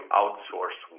outsource